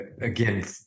again